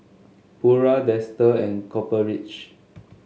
Pura Dester and Copper Ridge